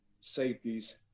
safeties